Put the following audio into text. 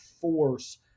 force